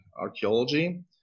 archaeology